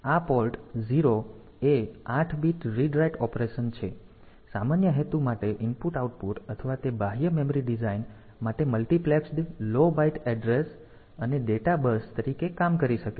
તેથી આ પોર્ટ 0 એ 8 બીટ રીડ રાઈટ ઓપરેશન છે તેથી સામાન્ય હેતુ માટે IO અથવા તે બાહ્ય મેમરી ડિઝાઇન માટે મલ્ટીપ્લેક્સ્ડ લો બાઇટ એડ્રેસ અને ડેટા બસ તરીકે કામ કરી શકે છે